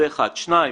דבר שני,